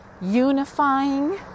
unifying